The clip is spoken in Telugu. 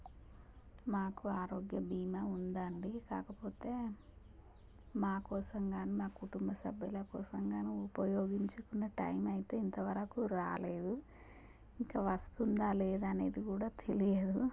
మాకు ఆరోగ్య భీమా ఉందండి కాకపోతే మా కోసం కానీ మా కుటుంబ సభ్యులకోసం కానీ ఉపయోగించుకునే టైం అయితే ఇంతవరకు రాలేదు ఇంకా వస్తుందా లేదా అనేది కూడా తెలియదు